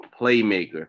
playmaker